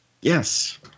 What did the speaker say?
Yes